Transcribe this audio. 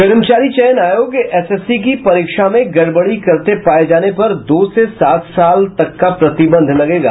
कर्मचारी चयन आयोग एसएससी की परीक्षा में गड़बड़ी करते पाये जाने पर दो से सात साल तक का प्रतिबंध लगेगा